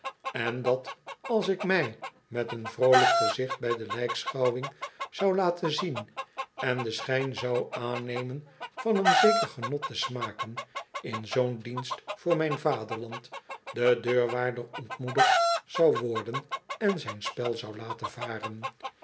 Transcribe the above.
en dat als ik mij met een vroolijk gezicht bij de lijkschouwing zou laten zien en den schijn zou aannemen van een zeker genot te smaken in zoo'n dienst voor mijn vaderland de deurwaarder ontmoedigd zou worden en zijn spel zou laten varen